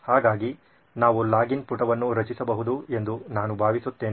ಹಾಗಾಗಿ ನಾವು ಲಾಗಿನ್ ಪುಟವನ್ನು ರಚಿಸಬಹುದು ಎಂದು ನಾನು ಭಾವಿಸುತ್ತೇನೆ